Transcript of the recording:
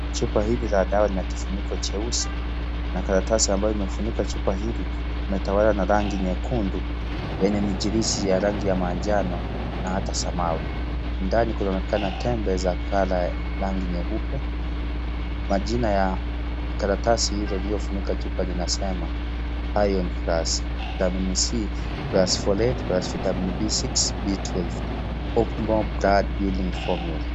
Chupa hili la dawa in kifuniko cheusi na karatasi ambayo imefunika chupa hili imetawalwa na rangi nyekundu yanye mijirisi ya rangi ya manjano na ata samao. Ndani kunaonekana tembe za kala rangi nyeupe. Majina ya karatasi hilo iliofunika chupa inasema (cs) IRON PLUS Vitamin C + Folate + Vitamin B6, B12 Optimal Blood-Building Formula (cs) .